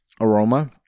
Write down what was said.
aroma